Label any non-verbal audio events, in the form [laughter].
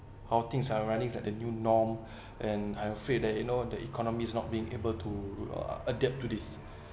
how things are running at the new norm [breath] and I'm afraid that you know the economy's not being able to uh adapt to this